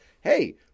hey